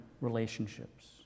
relationships